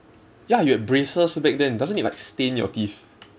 ya you had braces back then doesn't it like stain your teeth